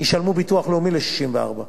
ישלמו ביטוח לאומי ל-64.